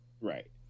Right